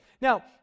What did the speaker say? Now